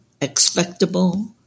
expectable